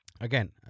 Again